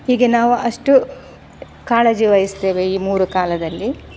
ಹೀಗೆ ನಾವು ಅಷ್ಟು ಕಾಳಜಿವಹಿಸ್ತೇವೆ ಈ ಮೂರು ಕಾಲದಲ್ಲಿ